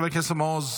חבר הכנסת מעוז,